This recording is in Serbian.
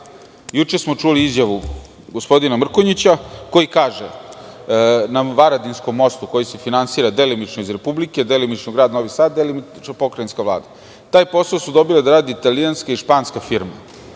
juče smo čuli izjavu gospodina Mrkonjića, koji kaže na Varadinskom mostu koji se finansira delimično iz Republike, delimično Grad Novi Sad i delimično pokrajinska Vlada, taj posao su dobili da rade italijanska i španska firma.